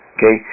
Okay